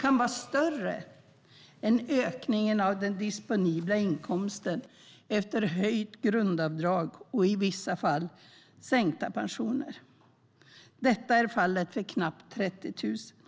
kan vara större än ökningen av den disponibla inkomsten efter höjt grundavdrag och i vissa fall sänkta pensioner. Detta är fallet för knappt 30 000 personer.